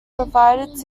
provided